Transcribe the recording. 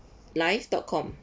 live dot com